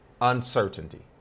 uncertainty